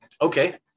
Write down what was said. Okay